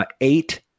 eight